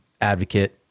advocate